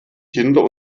kinder